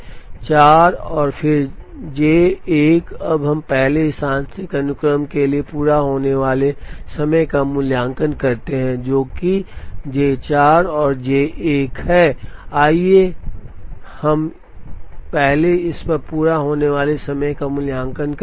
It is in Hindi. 4 और फिर J 1 अब हम पहले इस आंशिक अनुक्रम के लिए पूरा होने वाले समय का मूल्यांकन करते हैं जो कि J 4 और J 1 है आइए हम पहले इस पर पूरा होने वाले समय का मूल्यांकन करें